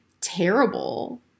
terrible